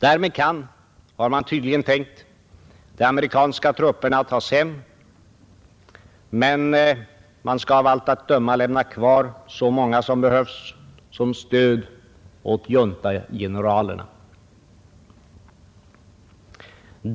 Därmed kan, har man tydligen tänkt, de amerikanska trupperna tas hem, men man skall av allt att döma lämna kvar så många som behövs som stöd åt juntageneralerna.